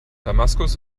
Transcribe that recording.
damaskus